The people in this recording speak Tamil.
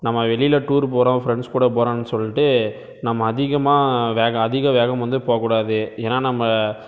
நம்ம வெளியில் டூர் போகிறோம் ஃப்ரெண்ட்ஸ் கூட போகிறோம்னு சொல்லிட்டு நம்ம அதிகமான வேகம் அதிக வேகம் வந்து போகக்கூடாது ஏன்னால் நம்ம